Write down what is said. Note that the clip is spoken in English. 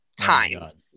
times